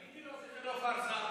אורית, תגידי לו שזה לא פארסה.